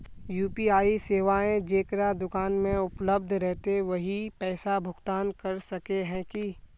UPI सेवाएं जेकरा दुकान में उपलब्ध रहते वही पैसा भुगतान कर सके है की?